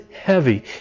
heavy